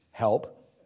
help